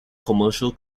commercial